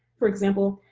for example,